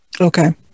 Okay